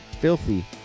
filthy